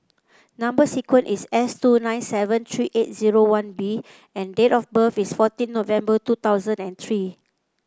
number sequence is S two nine seven three eight zero one B and date of birth is fourteen November two thousand and three